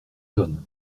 donne